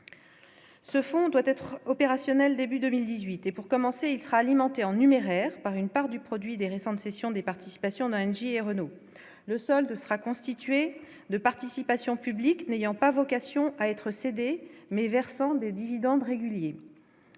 Ce fonds doit être opérationnel début 2018 et pour commencer, il sera alimenté en numéraire par une part du produit des récentes cessions des participations dans J. Renault le solde sera constitué de participations publiques n'ayant pas vocation à être cédé, mais versant des dividendes réguliers